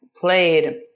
played